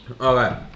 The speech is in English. Okay